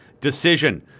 decision